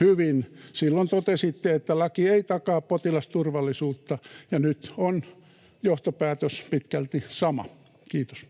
hyvin nytkin. Silloin totesitte, että laki ei takaa potilasturvallisuutta, ja nyt on johtopäätös pitkälti sama. — Kiitos.